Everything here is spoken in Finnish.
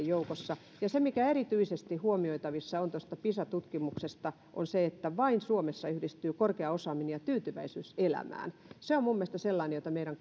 joukossa se mikä erityisesti on huomioitavissa tuosta pisa tutkimuksesta on se että vain suomessa yhdistyvät korkea osaaminen ja tyytyväisyys elämään se on minun mielestäni sellainen asia joka meidän